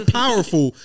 powerful